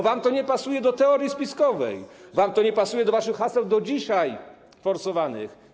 Wam to nie pasuje do teorii spiskowej, wam to nie pasuje do waszych haseł do dzisiaj forsowanych.